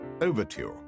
overture